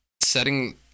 Setting